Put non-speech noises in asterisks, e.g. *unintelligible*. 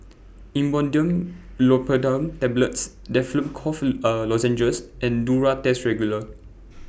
Imodium *unintelligible* Tablets Difflam Cough *hesitation* Lozenges and Duro Tuss Regular